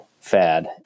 fad